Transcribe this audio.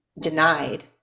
denied